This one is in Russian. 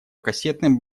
кассетным